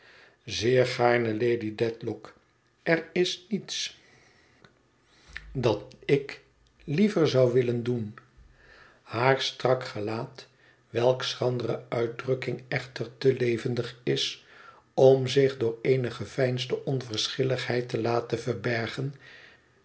zeer gaarne lady dedlock er is niets dat ik liever zou willen doen haar strak gelaat welks schrandere uitdrukking echter te levendig is om zich door eene geveinsde onverschilligheid te laten verbergen